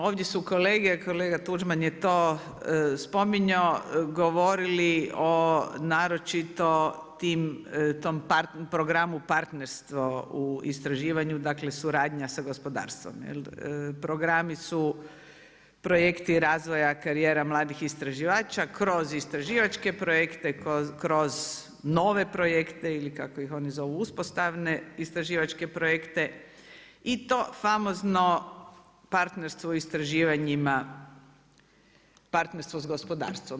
Ovdje su kolege, kolega Tuđman je to spominjao, govorili o naročito tom programu partnerstvo u istraživanju dakle suradnja sa gospodarstvom, programi su projekti razvoja karijera mladih istraživača kroz istraživačke projekte, kroz nove projekte ili kako ih oni zovu uspostavne istraživačke projekte i to famozno partnerstvo u istraživanjima, partnerstvo s gospodarskom.